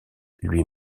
lui